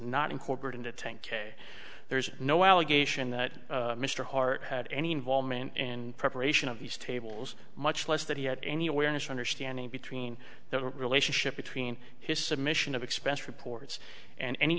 not incorporate into tank a there's no allegation that mr hart had any involvement in preparation of these tables much less that he had any awareness understanding between the relationship between his submission of expense reports and any